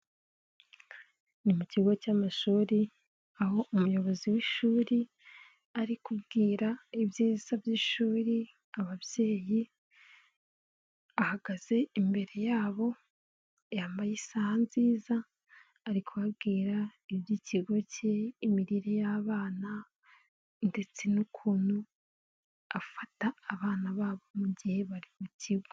Ni mu kigo cy'amashuri aho umuyobozi w'ishuri ari kubwira ibyiza by'ishuri ababyeyi, ahagaze imbere yabo yambaye isaha nziza ari kubabwira iby'ikigo cye, imirire y'abana, ndetse n'ukuntu afata abana babo mu gihe bari mu kigo.